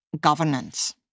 governance